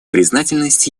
признательность